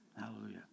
Hallelujah